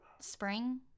spring